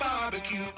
Barbecue